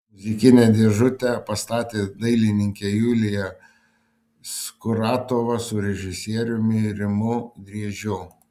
muzikinę dėžutę pastatė dailininkė julija skuratova su režisieriumi rimu driežiu